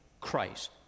Christ